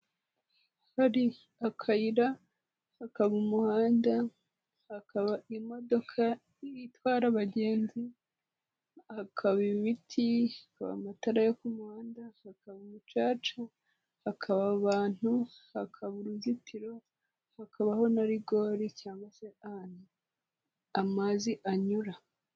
Hari akayira, hakaba umuhanda, hakaba imodoka itwara abagenzi, hakaba imiti, hakaba amatara yo ku muhanda, hakaba umucaca, hakaba abantu, hakaba uruzitiro hakabaho na rigori cyangwa se aho amazi anyura.